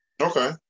Okay